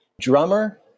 drummer